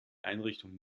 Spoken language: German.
einrichtungen